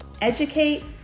Educate